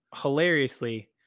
Hilariously